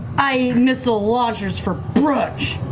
i eat missile launchers for brunch.